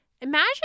Imagine